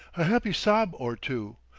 a happy sob or two,